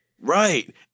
right